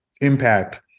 impact